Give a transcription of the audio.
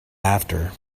after